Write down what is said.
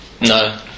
no